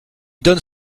donne